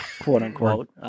quote-unquote